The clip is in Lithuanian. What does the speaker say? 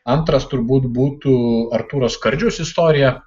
antras turbūt būtų artūro skardžiaus istorija